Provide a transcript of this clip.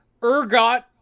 Urgot